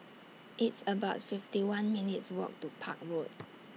It's about fifty one minutes' Walk to Park Road